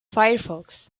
firefox